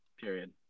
Period